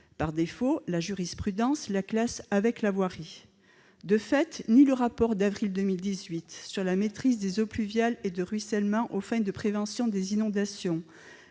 Par défaut, la jurisprudence la classe avec la voirie. De fait, ni le rapport d'avril 2018 sur la maîtrise des eaux pluviales et de ruissellement aux fins de prévention des inondations